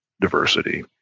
diversity